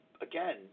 again